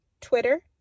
Twitter